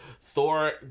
thor